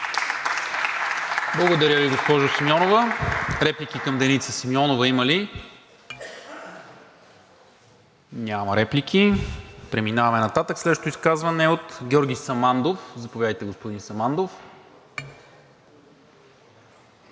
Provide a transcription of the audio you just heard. Благодаря Ви, госпожо Симеонова. Реплики към Деница Симеонова има ли? Няма. Преминаваме нататък – следващото изказване е от Георги Самандов. Заповядайте, господин Самандов.